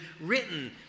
written